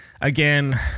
again